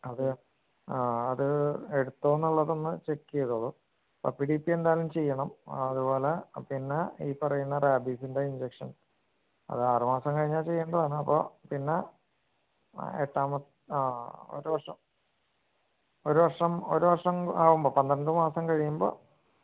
അത് ആ അത് എടുത്തോ എന്നുള്ളതൊന്ന് ചെക്ക് ചെയ്യെതോളൂ എന്തായാലും ചെയ്യണം അതുപോലെ പിന്നെ ഈ പറയുന്ന റാബീസിൻ്റെ ഇൻജെക്ഷൻ അത് ആറുമാസം കഴിഞ്ഞു ചെയ്യേണ്ടതാണ് അപ്പം പിന്നെ ആ ആ എട്ടാമത്ത ആ ഒരു വർഷം ഒരു വർഷം ഒരു വർഷം ആകുമ്പോൾ പന്ത്രണ്ട് മാസം കഴിയുമ്പോൾ